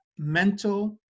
Mental